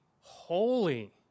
holy